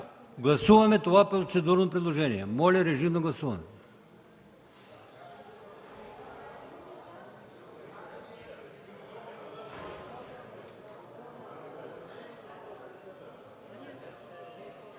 Гласуваме това процедурно предложение. Моля, гласувайте.